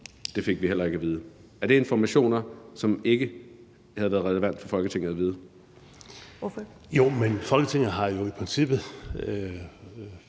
Det fik vi heller ikke at vide. Er det informationer, som ikke havde været relevante for Folketinget at få? Kl. 14:57 Første næstformand